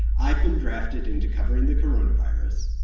i've been drafted into covering the coronavirus.